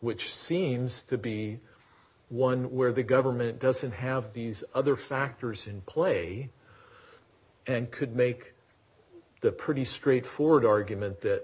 which seems to be one where the government doesn't have these other factors in play and could make the pretty straightforward argument that